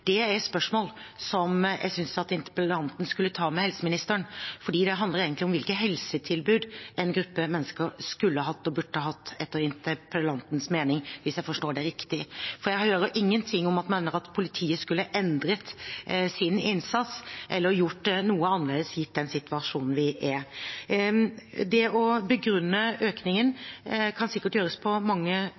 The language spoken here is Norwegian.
Det er spørsmål som jeg synes interpellanten skulle ta med helseministeren, for det handler egentlig om hvilke helsetilbud en gruppe mennesker skulle og burde hatt etter interpellantens mening, hvis jeg forstår henne riktig. Jeg hører ingenting om at hun mener at politiet skulle endret sin innsats eller gjort noe annerledes, gitt den situasjonen vi er i. Det å begrunne økningen kan sikkert gjøres på mange